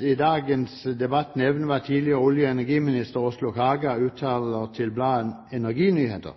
i dagens debatt nevne hva tidligere olje- og energiminister Åslaug Haga uttaler til